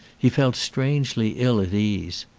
he felt strangely ill at ease.